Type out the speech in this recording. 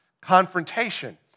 confrontation